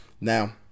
Now